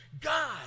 God